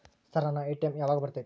Sir ನನ್ನ ATM ಯಾವಾಗ ಬರತೈತಿ?